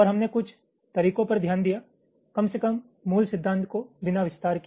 और हमने कुछ तरीकों पर ध्यान दिया कम से कम मूल सिद्धांत को बिना विस्तार के